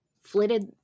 flitted